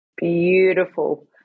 Beautiful